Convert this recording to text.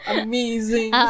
amazing